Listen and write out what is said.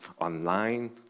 online